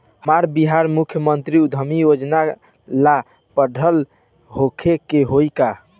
हमरा बिहार मुख्यमंत्री उद्यमी योजना ला पढ़ल होखे के होई का?